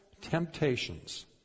temptations